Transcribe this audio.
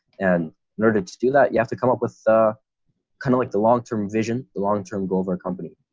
and in order to do that, you have to come up with kind of like the long term vision, the long term goal of our company.